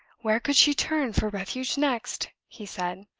where could she turn for refuge next? he said,